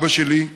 אבא שלי,